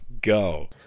go